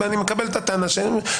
אני מקבל את הטענה שלהם.